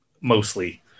Mostly